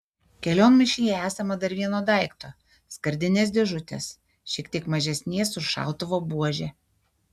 kelionmaišyje esama dar vieno daikto skardinės dėžutės šiek tiek mažesnės už šautuvo buožę